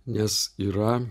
nes yra